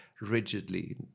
rigidly